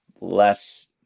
less